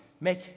Make